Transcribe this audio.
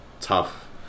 tough